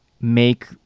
make